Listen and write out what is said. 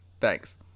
thanks